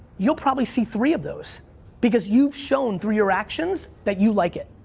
you'll probably see three of those because you've shown through your actions that you like it.